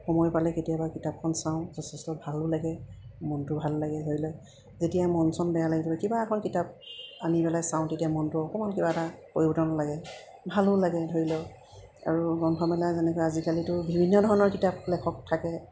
সময় পালে কেতিয়াবা কিতাপখন চাওঁ যথেষ্ট ভালো লাগে মনটো ভাল লাগে ধৰি লওক যেতিয়াই মন চন বেয়া লাগি থাকিব কিবা এখন কিতাপ আনি পেলাই চাওঁ তেতিয়া মনটো অকণমান কিবা এটা পৰিৱৰ্তনো লাগে ভালো লাগে ধৰি লওক আৰু গ্ৰন্থমেলা যেনেকুৱা আজিকালিতো বিভিন্ন ধৰণৰ কিতাপ লেখক থাকে